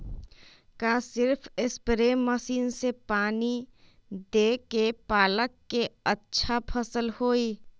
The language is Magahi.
का सिर्फ सप्रे मशीन से पानी देके पालक के अच्छा फसल होई?